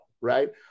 right